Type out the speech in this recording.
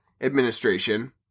administration